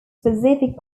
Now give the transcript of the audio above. specific